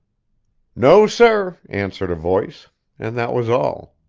no, sir, answered a voice and that was all.